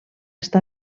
està